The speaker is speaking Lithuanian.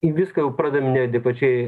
į viską jau pradedam neadekvačiai